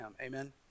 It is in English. Amen